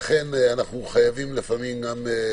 אבל אין דרך שאנחנו יכולים להיכנס